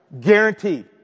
Guaranteed